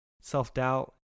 self-doubt